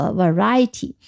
variety